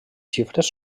xifres